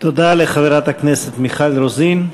תודה לחברת הכנסת מיכל רוזין.